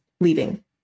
leaving